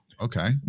Okay